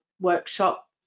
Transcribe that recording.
workshop